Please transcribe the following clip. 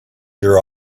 your